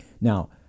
Now